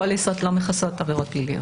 פוליסות לא מכסות עבירות פליליות.